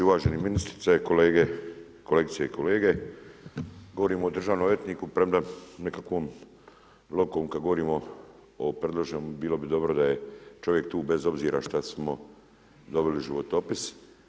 Uvažena ministrice, kolegice i kolege, govorimo o državnom odvjetniku premda nekakvom logikom, kad govorimo o predloženom, bilo bi dobro da je čovjek tu, bez obzira šta smo dobili životopis.